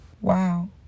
Wow